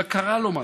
רק קרה לו משהו.